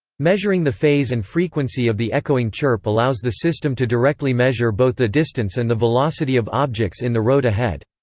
measuring the phase and frequency of the echoing chirp allows the system to directly measure both the distance and the velocity of objects in the road ahead.